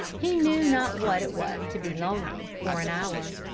he knew not what it was to be lonely, for an hour.